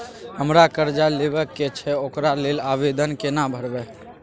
हमरा कर्जा लेबा के छै ओकरा लेल आवेदन केना करबै?